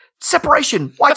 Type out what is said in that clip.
separation